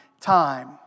time